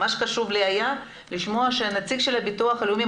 היה לי חשוב לשמוע מנציג הביטוח הלאומי